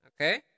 okay